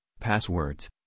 passwords